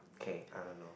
K I don't know